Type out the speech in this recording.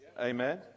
Amen